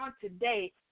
today